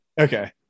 okay